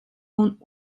und